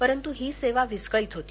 परंतू ही सेवा विस्कळीत होती